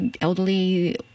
elderly